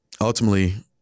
ultimately